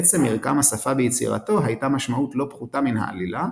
לעצם מרקם השפה ביצירתו הייתה משמעות לא פחותה מן העלילה,